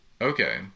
Okay